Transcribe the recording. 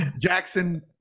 Jackson